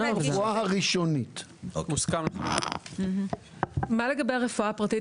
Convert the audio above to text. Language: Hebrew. מה לגבי הרפואה הפרטית?